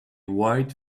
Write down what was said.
white